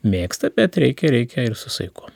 mėgsta bet reikia reikia ir su saiku